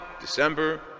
December